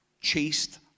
chased